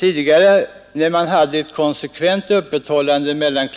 När man tidigare hade ett konsekvent öppethållande mellan kl.